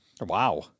Wow